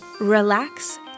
relax